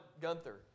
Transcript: Gunther